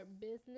business